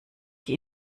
die